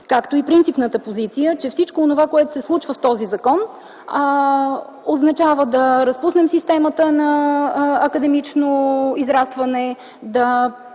Както и принципната позиция, че всичко онова, което се случва в този закон, означава да разпуснем системата на академично израстване, да